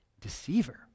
Deceiver